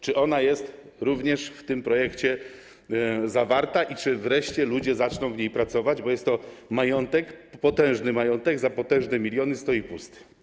Czy ona jest również w tym projekcie zawarta i czy wreszcie ludzie zaczną w niej pracować, bo jest to majątek, potężny majątek, za potężne miliony, który stoi pusty?